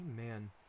amen